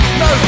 no